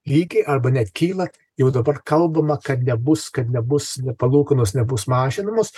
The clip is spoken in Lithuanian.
lygiai arba net kyla jau dabar kalbama kad nebus kad nebus palūkanos nebus mažinamos